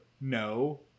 no